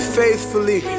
faithfully